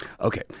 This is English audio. Okay